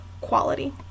quality